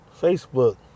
Facebook